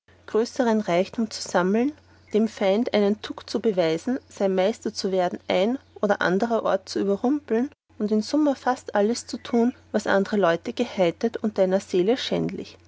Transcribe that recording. größern reichtum zu sammlen dem feind einen tuck zu beweisen sein meister zu werden ein oder ander ort zu überrumpeln und in summa fast alles zu tun was andere leute geheiet und deiner seele schädlich